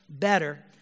better